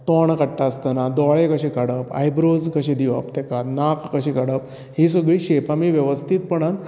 तोंड काडटा आसतना दोळे कशे काडप आयब्रोज कशें दिवप तेका नाक कशें काडप ही सगळीं शेप आमी वेवस्थीतपणांन